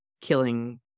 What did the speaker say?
killing